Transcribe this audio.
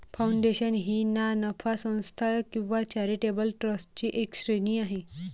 foundation ही ना नफा संस्था किंवा चॅरिटेबल ट्रस्टची एक श्रेणी आहे